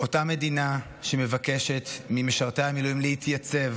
אותה מדינה שמבקשת ממשרתי המילואים להתייצב